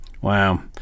Wow